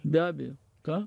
be abejo ką